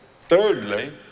thirdly